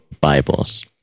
Bibles